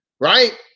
right